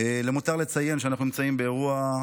למותר לציין שאנחנו נמצאים באירוע,